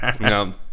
no